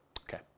Okay